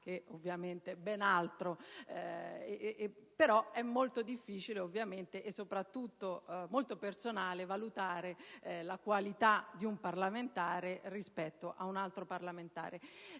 che ovviamente è ben altro. Però è molto difficile, e soprattutto molto personale, valutare la qualità di un parlamentare rispetto ad un altro. Sui dati e